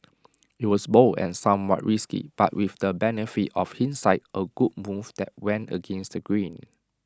IT was bold and somewhat risky but with the benefit of hindsight A good move that went against the grain